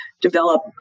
develop